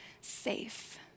safe